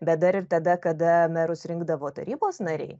bet dar ir tada kada merus rinkdavo tarybos nariai